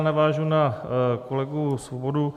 Navážu na kolegu Svobodu.